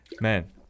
Man